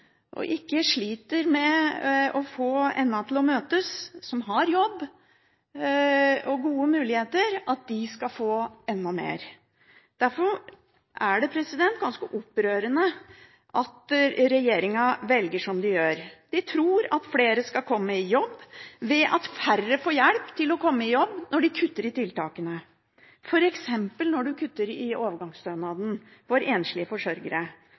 som ikke sliter med å få endene til å møtes, men som har jobb og gode muligheter, skal få enda mer. Derfor er det ganske opprørende at regjeringen velger som den gjør. De tror at flere skal komme i jobb ved at færre får hjelp til å komme i jobb når de kutter i tiltakene, f.eks. når man kutter i overgangsstønaden for enslige forsørgere